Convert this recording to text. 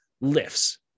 lifts